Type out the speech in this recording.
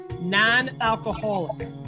non-alcoholic